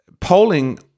polling